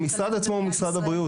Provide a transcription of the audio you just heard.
המשרד עצמו זה משרד הבריאות,